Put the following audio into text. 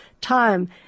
time